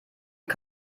den